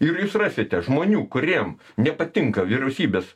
ir jūs rasite žmonių kuriem nepatinka vyriausybės